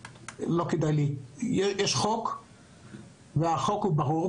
יש חוק והחוק הוא ברור.